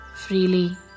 freely